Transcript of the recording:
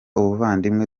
ubuvandimwe